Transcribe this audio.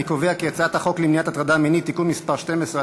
אני קובע כי הצעת החוק למניעת הטרדה מינית (תיקון מס' 12),